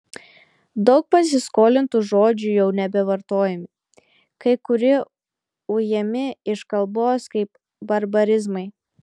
daug pasiskolintų žodžių jau nebevartojami kai kurie ujami iš kalbos kaip barbarizmai